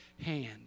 hand